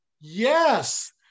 Yes